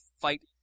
fight